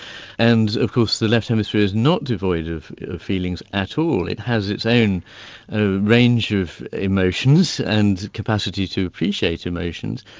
and of course the left hemisphere is not devoid of feelings at all, it has its own range of emotions and the capacity to appreciate emotions.